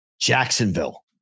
Jacksonville